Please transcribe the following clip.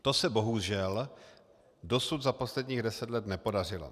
To se bohužel dosud za posledních deset let nepodařilo.